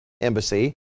embassy